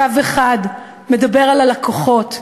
קו אחד מדבר על הלקוחות.